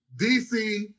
DC